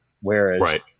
whereas